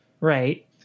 Right